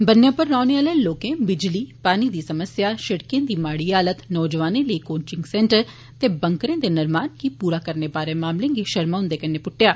ब'न्ने उप्पर रौह्ने आले लोकें बिजली पानी दी समस्या शिड़कें दी माड़ी हालत नौजोआनें लेई कौचिंग सैन्टर ते बंकरें दे निर्माण गी पूरा करने बारे मामलें गी शर्मा हुन्दे अग्गै पुट्टेआ